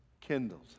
kindled